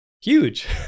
huge